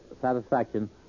satisfaction